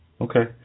Okay